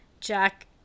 jack